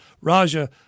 Raja